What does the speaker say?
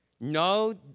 No